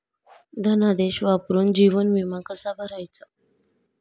धनादेश वापरून जीवन विमा कसा भरायचा?